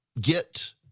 get